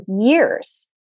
years